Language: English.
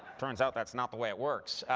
turns out that's not the way it works.